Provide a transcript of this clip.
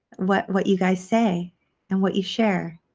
what what you guys say and what you share.